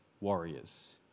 warriors